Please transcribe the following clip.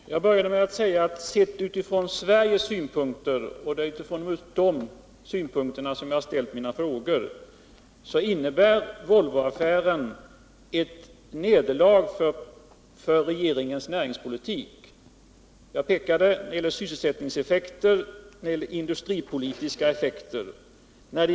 Herr talman! Jag började med att säga att sett utifrån Sveriges synpunkt - och det är utifrån den synpunkten jag har ställt mina frågor — så innebär Volvoaffären ett nederlag för regeringens näringspolitik med avseende på såväl sysselsättningseffekter som industripolitiska effekter.